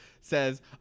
says